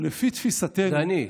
אבל לפי תפיסתנו" דנית,